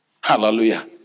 hallelujah